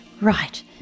right